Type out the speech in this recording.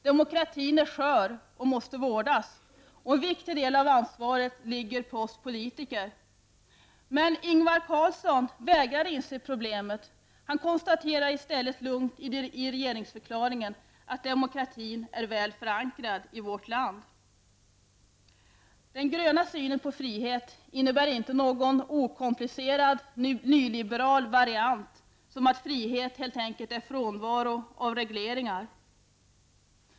Demokratin är skör och måste vårdas. En viktig del av ansvaret ligger på oss politiker. Men Ingvar Carlsson vägrar att inse problemet. Han konstaterar i stället lugnt i regeringsförklaringen att demokratin är ''väl förankrad'' i vårt land. Den gröna synen på frihet innebär inte någon okomplicerad nyliberal variant, som att frihet helt enkelt är frånvaro av regleringar.